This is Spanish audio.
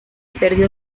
perdió